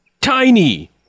tiny